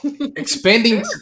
expanding